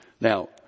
Now